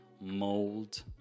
mold